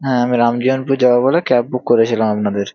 হ্যাঁ আমি দাঙ্গারামপুর যাব বলে ক্যাব বুক করেছিলাম আপনাদের